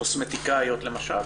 קוסמטיקאיות למשל,